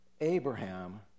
Abraham